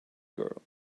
girl